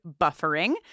buffering